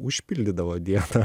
užpildydavo dieną